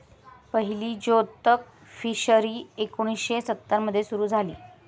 पहिली जोतक फिशरी एकोणीशे सत्तर मध्ये सुरू झाली